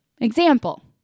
Example